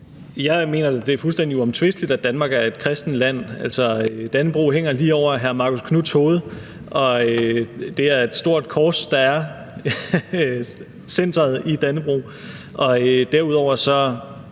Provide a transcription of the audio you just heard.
jeg mener, det er fuldstændig uomtvisteligt, at Danmark er et kristent land – altså, dannebrog hænger lige over hr. Marcus Knuths hoved, og det er et stort kors, der er centrum i dannebrog. Men det